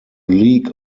league